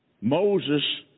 Moses